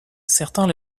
certains